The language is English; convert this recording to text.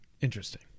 Interesting